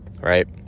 right